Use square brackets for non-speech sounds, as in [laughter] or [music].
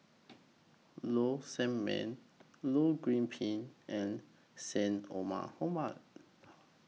Low Sanmay Low Goh Bin and Syed Omar [unintelligible]